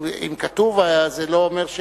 אם כתוב, זה לא אומר,